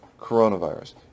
coronavirus